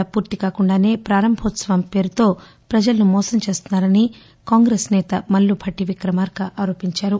కూడా పూర్తికాకుండానే ప్రారంభోత్సవం పేరుతో ప్రజలను మోసం చేస్తున్నా రని కాంగ్రెస్ సేత మల్లు భట్టి విక్రమార్క ఆరోపించారు